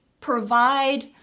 provide